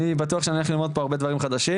אני בטוח שאני הולך ללמוד פה הרבה דברים חדשים.